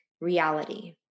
reality